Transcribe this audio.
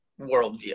worldview